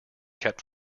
kept